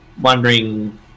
wondering